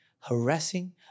harassing